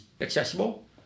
accessible